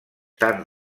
tant